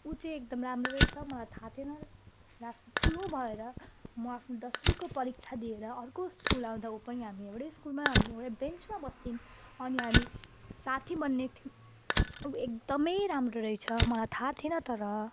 ऊ चाहिँ एकदम राम्रो रहेछ मलाई थाहा थिएन र लास्टमा ठुलो भएर म आफ्नो दसवीको परीक्षा दिएर अर्को स्कुल आउँदा ऊ पनि हामी एउटै स्कुलमा हामी एउटै बेन्चमा बस्थ्यौँ अनि हामी साथी बन्ने अब एकदमै राम्रो रहेछ मलाई थाहा थिएन तर